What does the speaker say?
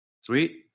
Sweet